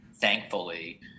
thankfully